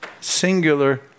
singular